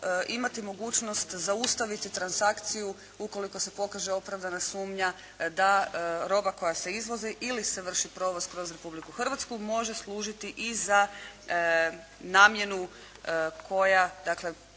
imati mogućnost zaustaviti transakciju ukoliko se pokaže opravdana sumnja da roba koja se izvozi ili se vrši provoz kroz Republiku Hrvatsku može služiti i za namjenu koja dakle